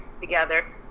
together